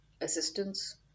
assistance